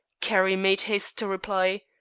carrie made haste to reply.